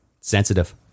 Sensitive